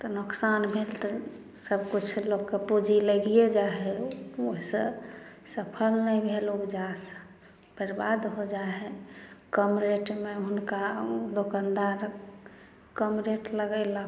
तऽ नोकसान भेल तऽ सब किछु लोगके पूँजी लागिये जा हइ ओहिसँ सफल नहि भेल उपजा बर्बाद हो जा हइ कम रेटमे हुनका दोकानदार कम रेट लगैलक